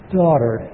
daughter